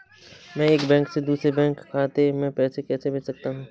मैं एक बैंक से दूसरे बैंक खाते में पैसे कैसे भेज सकता हूँ?